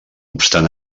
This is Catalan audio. obstant